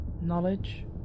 Knowledge